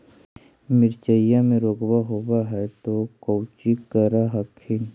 मिर्चया मे रोग्बा होब है तो कौची कर हखिन?